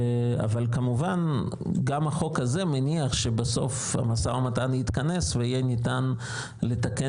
וכמובן שגם החוק הזה מניח שבסוף המשא ומתן יתכנס ויהיה ניתן לתקן